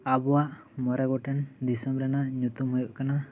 ᱟᱵᱚᱭᱟᱜ ᱢᱚᱬᱮ ᱜᱚᱴᱮᱱ ᱫᱤᱥᱚᱢ ᱨᱮᱭᱟᱜ ᱧᱩᱛᱩᱢ ᱦᱩᱭᱩᱜ ᱠᱟᱱᱟ